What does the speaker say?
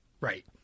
Right